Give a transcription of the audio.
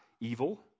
evil